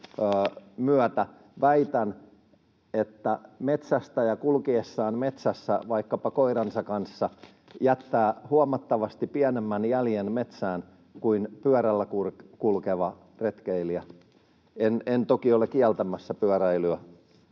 väitän, että metsästäjä kulkiessaan metsässä vaikkapa koiransa kanssa jättää huomattavasti pienemmän jäljen metsään kuin pyörällä kulkeva retkeilijä. — En toki ole kieltämässä pyöräilyä